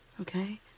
okay